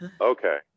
Okay